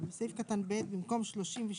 בסעיף קטן (ב), במקום "36"